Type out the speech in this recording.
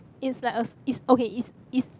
it's like a is okay it's it's